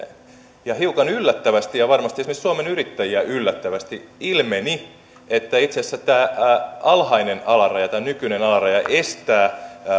ja niin edelleen ja hiukan yllättävästi ja varmasti esimerkiksi suomen yrittäjiä yllättävästi ilmeni että itse asiassa tämä nykyinen alhainen alaraja estää